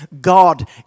God